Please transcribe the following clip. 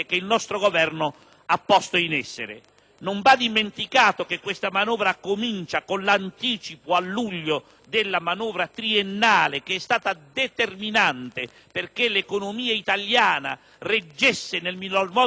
Non va dimenticato che questa manovra comincia con l'anticipo a luglio della manovra triennale, che è stato determinante perché l'economia italiana reggesse nel miglior modo possibile